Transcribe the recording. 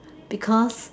because